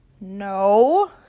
No